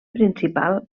principal